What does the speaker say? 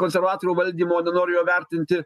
konservatorių valdymo nenoriu jo vertinti